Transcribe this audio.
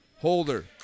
Holder